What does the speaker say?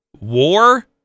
War